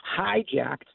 hijacked